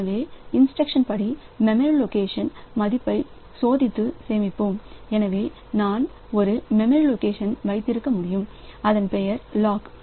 எனவே ஒரு இன்ஸ்டிரக்ஷன் படி மெமரி லொகேஷன்மதிப்பைச் சோதித்து சேமிப்போம்எனவே நான் ஒரு மெமரி லொகேஷன் வைத்திருக்க முடியும் அதன் பெயர் லாக்